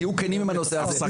תהיו כנים עם הנושא הזה.